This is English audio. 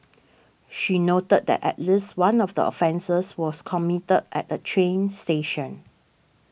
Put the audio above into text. she noted that at least one of the offences was committed at a train station